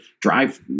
drive